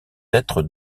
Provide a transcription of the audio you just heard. être